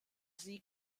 sie